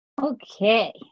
Okay